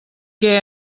què